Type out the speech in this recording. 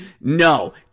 No